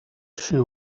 she